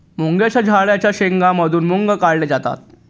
मुगाच्या झाडाच्या शेंगा मधून मुग काढले जातात